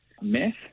meth